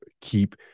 keep